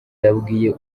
yabwiye